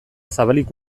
zabalik